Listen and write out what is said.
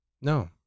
No